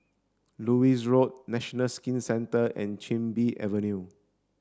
Lewis Road National Skin Centre and Chin Bee Avenue